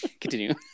Continue